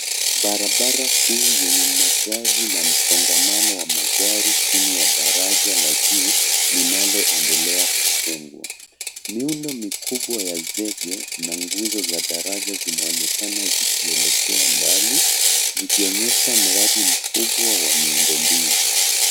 Barabara kuu yenye magari na msongamano wa magari chini ya daraja la juu linaloendelea kujengwa. Miundo mikubwa ya zege na nguzo za daraja zinaonekana zikielekea mbali , zikionyesha mradi mkubwa wa miundombinu.